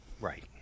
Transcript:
Right